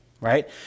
right